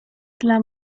dla